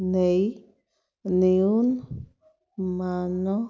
ନେଇ ନିୟନ ମାନ